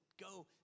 go